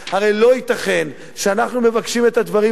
הרי לא ייתכן שאנחנו מבקשים את הדברים האלה